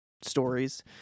stories